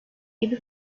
gibi